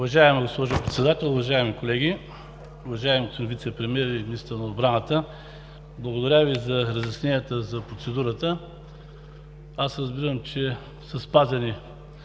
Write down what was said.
Уважаема госпожо Председател, уважаеми колеги! Уважаеми господин Вицепремиер и министър на отбраната, благодаря Ви за разясненията за процедурата. Разбирам, че са спазени